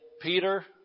Peter